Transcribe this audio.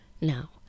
Now